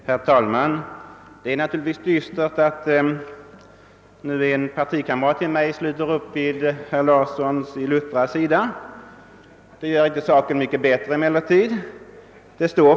Herr talman! Det är naturligtvis dystert att en partikamrat till mig nu sluter upp vid herr Larssons i Luttra sida, men det gör inte hans sak mycket bättre.